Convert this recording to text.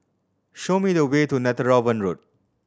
show me the way to Netheravon Road